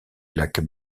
lac